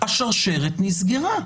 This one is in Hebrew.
השרשרת נסגרה?